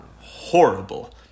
Horrible